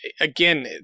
again